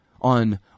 on